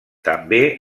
també